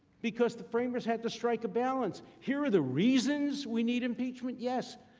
because the framers had to strike a balance. here are the reasons we need impeachment, yes.